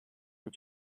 were